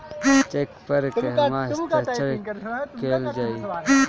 Check पर कहवा हस्ताक्षर कैल जाइ?